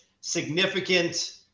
significant